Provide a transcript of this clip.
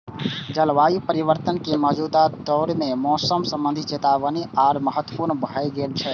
जलवायु परिवर्तन के मौजूदा दौर मे मौसम संबंधी चेतावनी आर महत्वपूर्ण भए गेल छै